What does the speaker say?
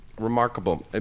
remarkable